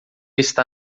está